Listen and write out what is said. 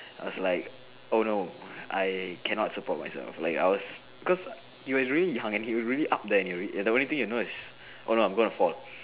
I was like oh no I cannot support myself like I was cause you it was really hung and you were really up there and you the only thing you'll know is oh no I'm gonna fall